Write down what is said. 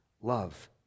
love